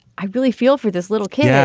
i really feel for this little kid.